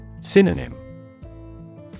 synonym